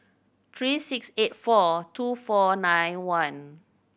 three six eight four two four nine one